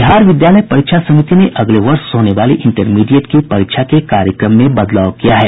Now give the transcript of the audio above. बिहार विद्यालय परीक्षा समिति ने अगले वर्ष होने वाली इंटरमीडिएट की परीक्षा के कार्यक्रम में बदलाव किया है